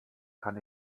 kann